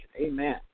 Amen